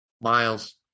miles